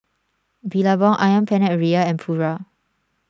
Billabong Ayam Penyet Ria and Pura